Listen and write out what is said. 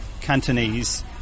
Cantonese